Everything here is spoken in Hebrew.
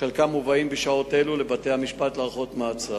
חלקם מובאים בשעות אלו לבתי-המשפט להארכות מעצר.